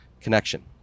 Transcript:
connection